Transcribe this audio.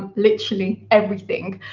literally, everything.